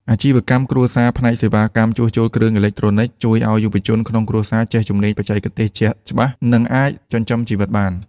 អាជីវកម្មគ្រួសារផ្នែកសេវាកម្មជួសជុលគ្រឿងអេឡិចត្រូនិច ជួយឱ្យយុវជនក្នុងគ្រួសារចេះជំនាញបច្ចេកទេសជាក់ច្បាស់ និងអាចចិញ្ចឹមជីវិតបាន។